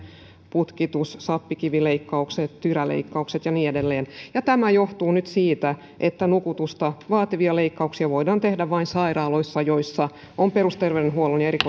putkitus sappikivileikkaukset tyräleikkaukset ja niin edelleen ja tämä johtuu nyt siitä että nukutusta vaativia leikkauksia voidaan tehdä vain sairaaloissa joissa on perusterveydenhuollon ja